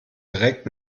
direkt